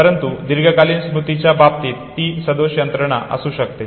परंतु दीर्घकालीन स्मृतीच्या बाबतीत ती सदोष यंत्रणा असू शकते